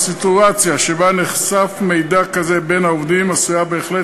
סיטואציה שבה נחשף מידע כזה בין העובדים עשויה בהחלט